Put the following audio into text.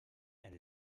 and